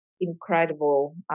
incredible